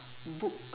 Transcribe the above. book